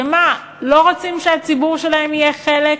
שמה, לא רוצים שהציבור שלהם יהיה חלק?